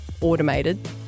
automated